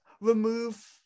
remove